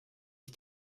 ich